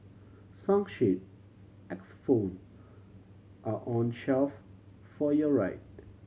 song sheet X phone are on shelf for your right